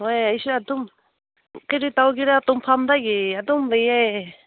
ꯍꯣꯏ ꯑꯩꯁꯨ ꯑꯗꯨꯝ ꯀꯔꯤ ꯇꯧꯒꯦꯔ ꯇꯨꯝꯐꯝꯗꯒꯤ ꯑꯗꯨꯝ ꯂꯩꯌꯦ